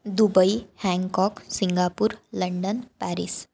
Dubai Hong Kong Singapore London Paris